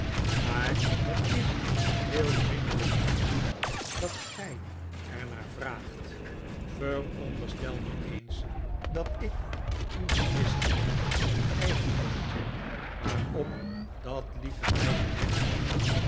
maar het is heel vriendelijk van u dat gij er naar vraagt veronderstel nu eens dat ik iets wist van een eigendommetje waarop dat lieve meisje recht had